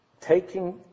Taking